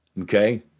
Okay